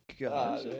God